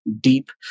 deep